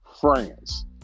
France